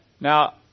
Now